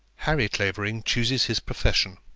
harry clavering chooses his profession.